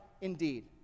indeed